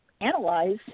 analyze